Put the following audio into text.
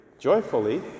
joyfully